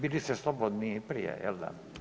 bili ste slobodni i prije, je l' da?